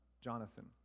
Jonathan